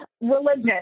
Religion